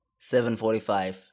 7.45